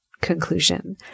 conclusion